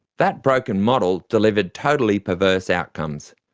that broken model delivered totally perverse outcomes.